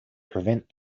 prevent